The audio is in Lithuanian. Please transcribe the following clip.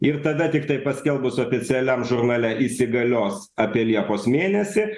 ir tada tiktai paskelbus oficialiam žurnale įsigalios apie liepos mėnesį